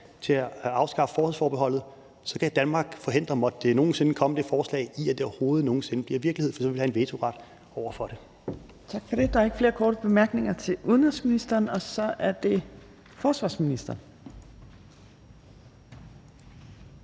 til at afskaffe forsvarsforbeholdet, kan Danmark forhindre det forslag – måtte det nogen sinde komme – i nogen sinde at blive til virkelighed, for så vil vi have en vetoret over for det.